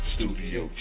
Studio